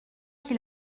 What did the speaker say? qui